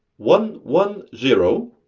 one one zero